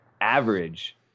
average